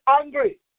angry